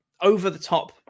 over-the-top